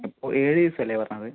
അപ്പോൾ ഏഴ് ദിവസം അല്ലേ പറഞ്ഞത്